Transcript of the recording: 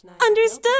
Understood